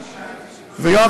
ויואב,